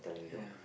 yeah